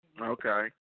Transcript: Okay